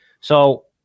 So-